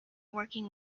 working